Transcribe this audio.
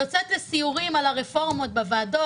יוצאת לסיורים על הרפורמות בוועדות,